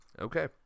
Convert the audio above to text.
Okay